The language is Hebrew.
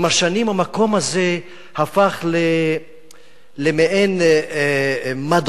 עם השנים המקום הזה הפך למעין מדחום,